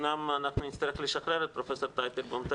אמנם אנחנו נצטרך לשחרר את פרופ' טייטלבאום,